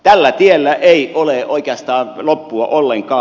tällä tiellä ei ole oikeastaan loppua ollenkaan